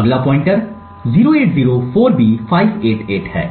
अगला pointer 0804B588 है